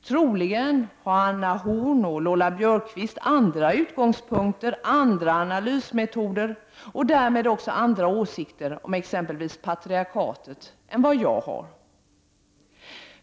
Troligen har Lola Björkquist och Anna Horn af Rantzien andra utgångspunkter, andra analysmetoder och därmed också andra åsikter om exempelvis patriarkatet än vad jag har.